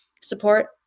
support